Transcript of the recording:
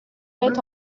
faites